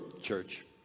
church